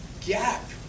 gap